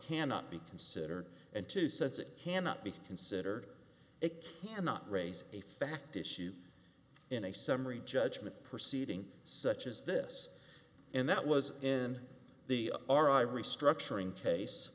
cannot be considered and two sets it cannot be considered it cannot raise a fact issue in a summary judgment proceeding such as this and that was in the r i restructuring cas